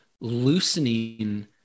loosening